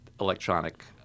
electronic